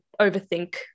overthink